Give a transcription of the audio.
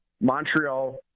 Montreal